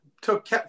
took –